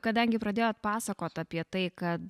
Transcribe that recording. kadangi pradėjot pasakot apie tai kad